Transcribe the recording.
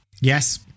Yes